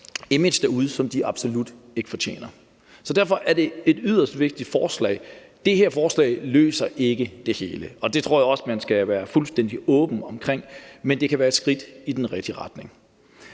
image derude, som de absolut ikke fortjener. Så derfor er det et yderst vigtigt forslag. Det her forslag løser dog ikke det hele, og det tror jeg også man skal være fuldstændig åben omkring, men det kan være et skridt i den rigtige retning.